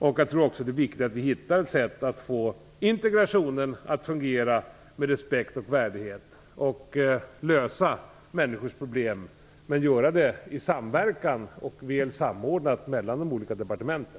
Det är viktigt att vi hittar ett sätt att få integrationen att fungera så att man visar respekt och värdighet och att lösa människors problem i samverkan och väl samordnat mellan de olika departementen.